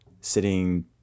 sitting